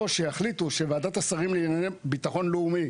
שיחליטו שוועדת השרים לענייני ביטחון לאומי,